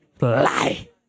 Lie